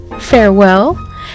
farewell